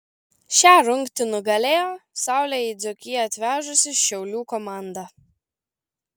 šią rungtį nugalėjo saulę į dzūkiją atvežusi šiaulių komanda